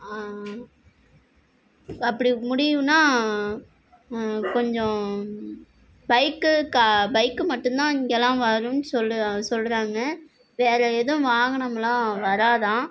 அப்படி முடியும்னால் கொஞ்சம் பைக் கா பைக் மட்டும்தான் இங்கேலாம் வரும்னு சொல்லு சொல்கிறாங்க வேற எதுவும் வாகனம்லாம் வராதான்